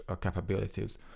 capabilities